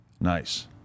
Nice